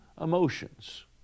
emotions